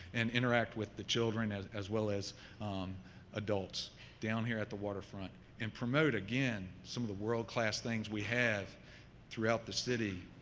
and interact with the children as as well as adults down here at the water front and promote, again, some of the world class things we have throughout the city,